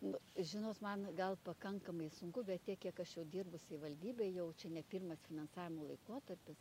nu žinot man gal pakankamai sunku bet tiek kiek aš jau dirbu savivaldybėj jau čia ne pirmas finansavimo laikotarpis